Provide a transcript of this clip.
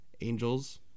angels